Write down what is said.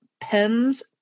Pens